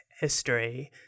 history